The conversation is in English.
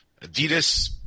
Adidas